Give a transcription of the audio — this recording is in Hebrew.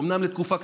אומנם לתקופה קצרה,